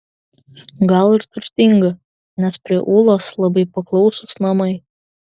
gal ir turtinga nes prie ūlos labai paklausūs namai